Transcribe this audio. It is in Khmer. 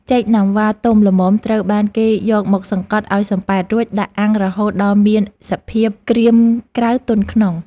ចេកណាំវ៉ាទុំល្មមត្រូវបានគេយកមកសង្កត់ឱ្យសំប៉ែតរួចដាក់អាំងរហូតដល់មានសភាពក្រៀមក្រៅទន់ក្នុង។